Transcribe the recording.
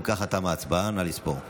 אם כך, תמה ההצבעה, נא לספור.